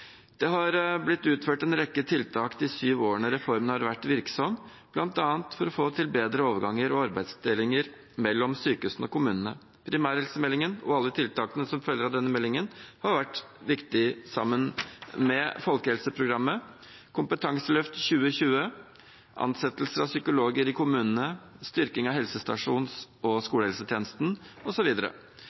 har blitt utført en rekke tiltak de syv årene reformen har vært virksom, bl.a. for å få til bedre overganger og arbeidsdelinger mellom sykehusene og kommunene. Primærhelsemeldingen og alle tiltakene som følger av denne meldingen, har vært viktig sammen med folkehelseprogrammet, Kompetanseløft 2020, ansettelser av psykologer i kommunene, styrking av helsestasjons- og skolehelsetjenesten,